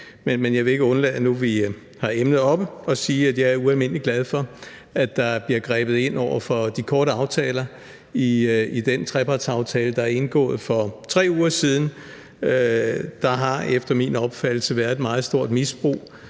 men jeg vil ikke undlade, nu vi har emnet oppe, at sige, at jeg er ualmindelig glad for, at der bliver grebet ind over for de korte aftaler i den trepartsaftale, der blev indgået for 3 uger siden. Der har efter min opfattelse været et meget stort misbrug